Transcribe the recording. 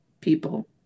People